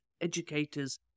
educators